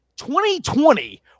2020